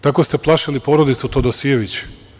Tako ste plašili porodicu Todosijević.